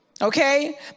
Okay